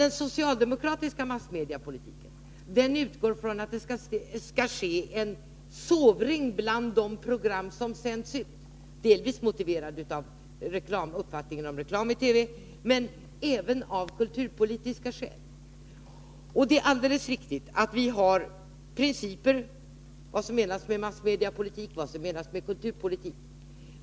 Den socialdemokratiska massmediepolitiken utgår från att det skall ske en sovring bland de program som sänds ut, delvis på grund av uppfattningen om reklam i TV men även av kulturpolitiska skäl. Det är alldeles riktigt att vi moderater har principer om vad som menas med massmediepolitik och vad som menas med kulturpolitik.